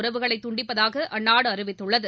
உறவுகளை துண்டிப்பதாக அந்நாடு அறிவித்துள்ளது